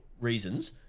reasons